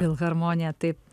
filharmonija taip